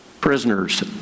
prisoners